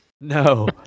No